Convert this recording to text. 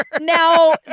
now